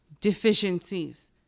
deficiencies